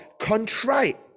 contrite